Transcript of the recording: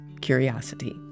curiosity